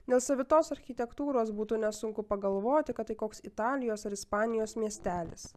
dėl savitos architektūros būtų nesunku pagalvoti kad tai koks italijos ar ispanijos miestelis